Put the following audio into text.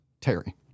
Terry